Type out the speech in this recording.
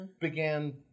began